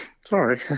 sorry